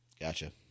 Gotcha